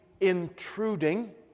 intruding